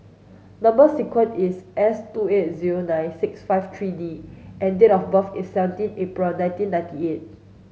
number sequence is S two eight zero nine six five three D and date of birth is seventeen April nineteen ninety eight